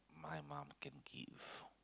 my mom can give